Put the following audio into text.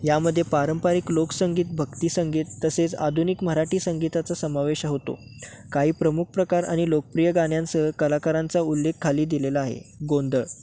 यामध्ये पारंपारिक लोकसंगीत भक्तिसंगीत तसेच आधुनिक मराठी संगीताचा समावेश होतो काही प्रमुख प्रकार आणि लोकप्रिय गाण्यांसह कलाकारांचा उल्लेख खाली दिलेला आहे गोंधळ